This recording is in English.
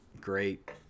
Great